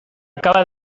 acaba